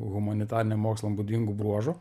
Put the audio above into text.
humanitariniam mokslam būdingų bruožų